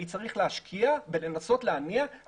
אני צריך להשקיע בניסיון להניע את הכלכלה.